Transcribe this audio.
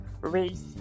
race